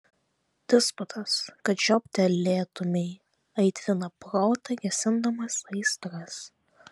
disputas kad žioptelėtumei aitrina protą gesindamas aistras